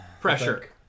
Pressure